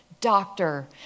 doctor